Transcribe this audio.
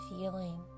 feeling